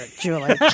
julie